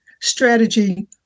strategy